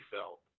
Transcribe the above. felt